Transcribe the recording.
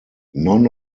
none